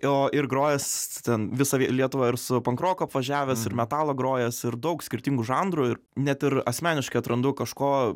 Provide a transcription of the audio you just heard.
o ir grojęs ten visą lietuvą ir su pankroko apvažiavęs ir metalą grojęs ir daug skirtingų žanrų ir net ir asmeniškai atrandu kažko